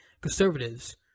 conservatives